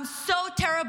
Me Too,